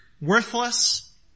Worthless